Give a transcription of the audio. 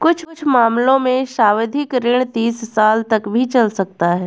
कुछ मामलों में सावधि ऋण तीस साल तक भी चल सकता है